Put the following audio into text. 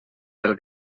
del